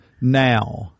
now